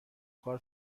کار